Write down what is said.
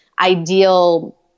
ideal